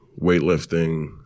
weightlifting